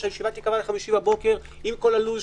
שהישיבה תיקבע לחמישי בבוקר עם כל הלו"ז,